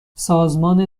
سازمان